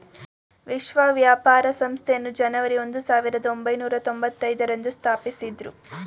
ವಿಶ್ವ ವ್ಯಾಪಾರ ಸಂಸ್ಥೆಯನ್ನು ಜನವರಿ ಒಂದು ಸಾವಿರದ ಒಂಬೈನೂರ ತೊಂಭತ್ತೈದು ರಂದು ಸ್ಥಾಪಿಸಿದ್ದ್ರು